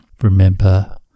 remember